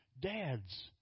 Dads